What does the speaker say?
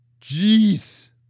Jeez